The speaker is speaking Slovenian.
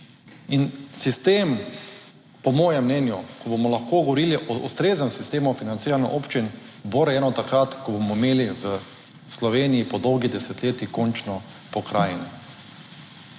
In sistem, po mojem mnenju, ko bomo lahko govorili o ustreznem sistemu financiranja občin, bo urejeno takrat, ko bomo imeli v Sloveniji po dolgih desetletjih končno pokrajine.